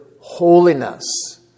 holiness